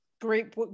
Great